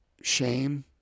shame